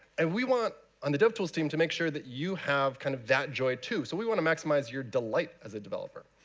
and we want, on the dev tools team, to make sure that you have kind of that joy too. so we want to maximize your delight as a developer.